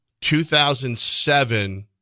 2007